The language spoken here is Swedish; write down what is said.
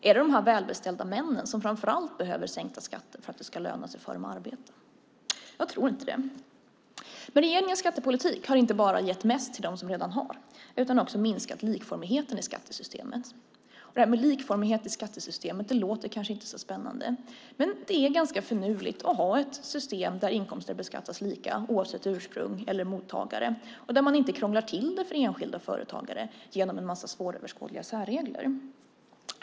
Är det de välbeställda männen som framför allt behöver sänkta skatter för att det ska löna sig för dem att arbeta? Jag tror inte det. Regeringens skattepolitik har inte bara gett mest till dem som redan har utan också minskat likformigheten i skattesystemet. Likformighet i skattesystemet låter kanske inte så spännande, men det är ganska finurligt att ha ett system där inkomster beskattas lika, oavsett ursprung eller mottagare, och där man inte krånglar till det för enskilda och företagare genom en massa svåröverskådliga särregler.